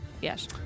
Yes